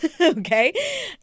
okay